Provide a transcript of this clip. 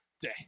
day